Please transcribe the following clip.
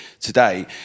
today